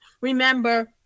remember